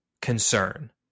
concern